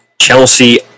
Chelsea